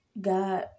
God